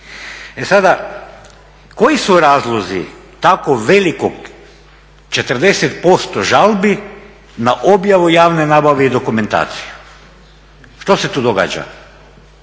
E sada, koji su razlozi tako velikog 40% žalbi na objavu javne nabave i dokumentaciju? Što se tu događa?